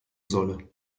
solle